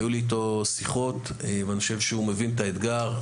היו לי איתו שיחות, ואני חושב שהוא מבין את האתגר.